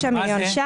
מה זה?